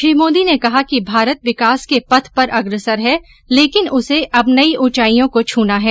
श्री मोदी ने कहा कि भारत विकास के पथ पर अग्रसर है लेकिन उसे अब नई उंचाइयों को छूना है